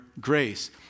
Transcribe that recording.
grace